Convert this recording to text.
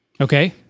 Okay